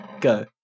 Go